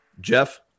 Jeff